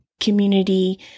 community